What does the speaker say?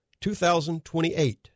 2028